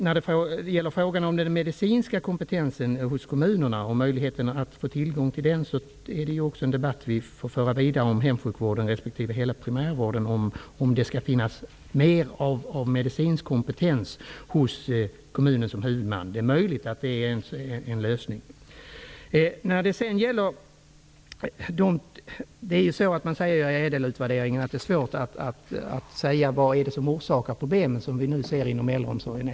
När det gäller frågan om den medicinska kompetensen hos kommunerna och möjligheterna att få tillgång till den, får vi föra debatten om hemsjukvården respektive hela primärvården vidare och fundera över om det skall finnas mer medicinsk kompetens hos kommunen som huvudman. Det är möjligt att det är en lösning. Man säger i ÄDEL-utvärderingen att det är svårt att avgöra vad det är som orsakar de problem som vi ser inom äldreomsorgen.